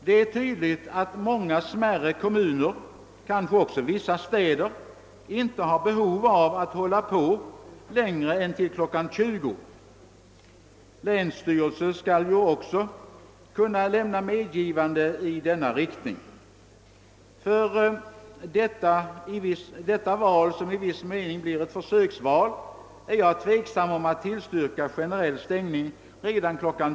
Det är tydligt att många smärre kommuner, kanske också vissa städer, inte har behov av att hålla på längre än till kl. 20. Länsstyrelserna skall ju också kunna lämna medgivanden i denna riktning. För detta val, som i viss mening blir ett försöksval, är jag tveksam om att tillstyrka generell stängning redan kl.